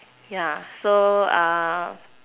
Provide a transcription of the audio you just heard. yeah so